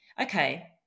okay